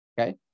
Okay